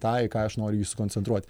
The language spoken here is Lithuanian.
tą į ką aš noriu jį sukoncentruoti